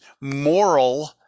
moral